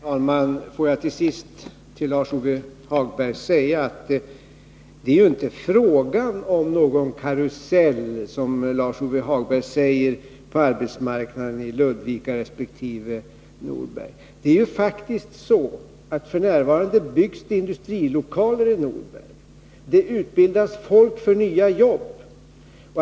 Herr talman! Får jag till sist till Lars-Ove Hagberg säga att det ju inte är fråga om någon karusell, som Lars-Ove Hagberg menar, på arbetsmarknaden i Ludvika resp. Norberg. Det är faktiskt så att det f.n. byggs industrilokaler i Norberg. Det utbildas folk för nya jobb.